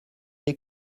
les